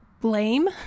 blame